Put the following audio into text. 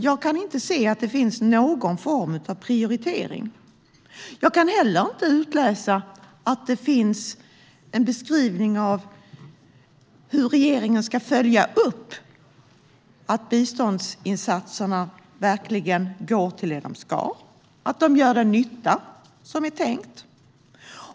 Jag kan inte se att det finns någon form av prioritering. Jag kan inte heller utläsa att det finns en beskrivning av hur regeringen ska följa upp att biståndsinsatserna verkligen går till det som de ska gå till och att de gör den nytta som är tänkt.